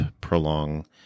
prolong